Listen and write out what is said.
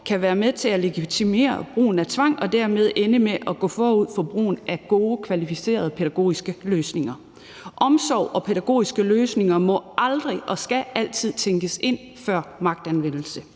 kan være med til at legitimere brugen af tvang og dermed ende med at gå forud for brugen af gode, kvalificerede pædagogiske løsninger. Omsorg og pædagogiske løsninger skal altid tænkes ind før magtanvendelse.